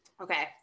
Okay